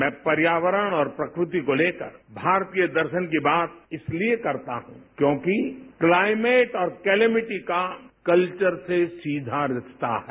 मैं पर्यवरण और प्रकृति को लेकर भारतीय दर्शन की बात इसलिए करता हूं कि क्योंकि क्लाइमेट और क्लेमिटी का कल्चर से सीधा रिश्ता है